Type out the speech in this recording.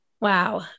Wow